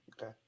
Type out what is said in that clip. Okay